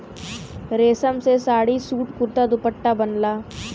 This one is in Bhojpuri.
रेशम से साड़ी, सूट, कुरता, दुपट्टा बनला